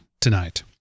tonight